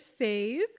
fave